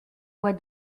voix